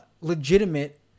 legitimate